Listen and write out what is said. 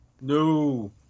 No